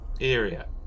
Area